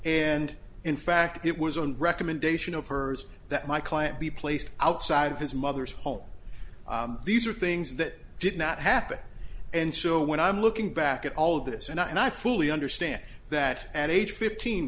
and in fact it was on recommendation of hers that my client be placed outside of his mother's home these are things that did not happen and so when i'm looking back at all of this and i fully understand that at age fifteen